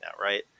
right